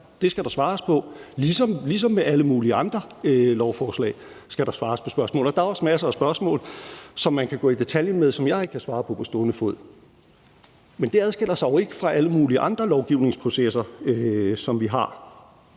det skal der svares på. Ligesom med alle mulige andre lovforslag skal der svares på spørgsmål. Og der er også masser af spørgsmål, som man kan gå i detaljen med, som jeg ikke kan svare på på stående fod. Men det adskiller sig jo ikke fra alle mulige andre lovgivningsprocesser, som vi har.